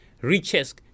riches